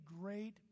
great